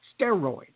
Steroid